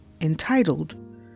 entitled